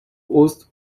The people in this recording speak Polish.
ust